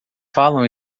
falam